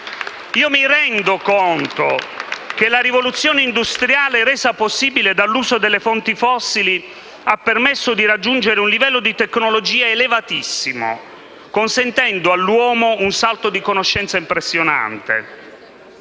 Mi rendo conto che la rivoluzione industriale, resa possibile dall'uso delle fonti fossili, ha permesso di raggiungere un livello di tecnologia elevatissimo, consentendo all'uomo un salto di conoscenza impressionante.